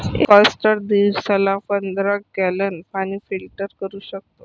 एक ऑयस्टर दिवसाला पंधरा गॅलन पाणी फिल्टर करू शकतो